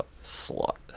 slot